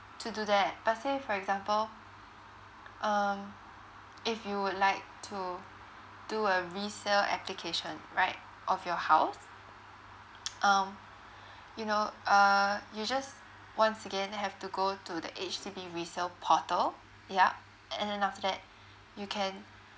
to do that per say for example um if you would like to do a resale application right of your house um you know uh you just once again have to go to the H_D_B resale portal yup and then after that you can